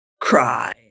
cry